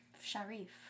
Sharif